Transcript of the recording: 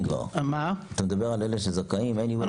אתה מדבר על אלה שזכאים כבר.